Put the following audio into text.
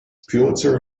pulitzer